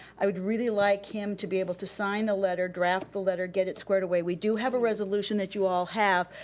i would really like him to be able to sign the letter, draft the letter, get it squared away, we do have a resolution that you all have,